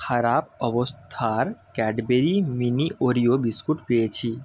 খারাপ অবস্থার Cadbury mini Oreo biscuit পেয়েছি